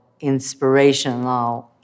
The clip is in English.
inspirational